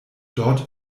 dort